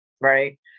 right